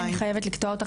אני חייבת לקטוע אותך,